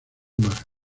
mar